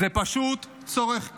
זה פשוט צורך קיומי.